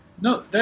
No